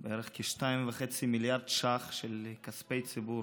בערך 2.5 מיליארד ש"ח של כספי ציבור,